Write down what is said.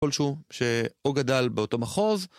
כלשהו שהוא גדל באותו מחוז.